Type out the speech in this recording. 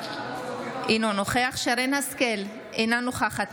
אינו נוכח שרן מרים השכל,